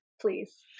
please